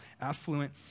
affluent